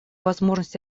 возможность